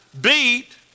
beat